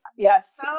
Yes